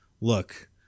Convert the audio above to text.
look